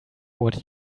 what